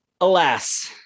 Alas